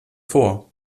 vor